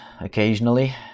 occasionally